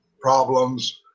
problems